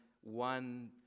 one